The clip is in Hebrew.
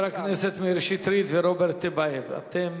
חברי הכנסת מאיר שטרית ורוברט טיבייב, אתם